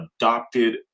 adopted